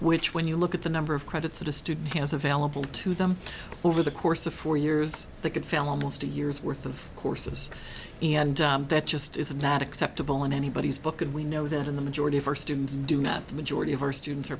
which when you look at the number of credits that a student has available to them over the course of four years they could fail almost two years worth of courses and that just is not acceptable in anybody's book and we know that in the majority of our students do that the majority of our students are